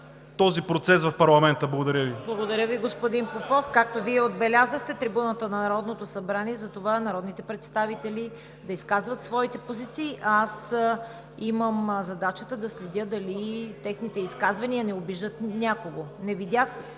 този процес в парламента! Благодаря Ви.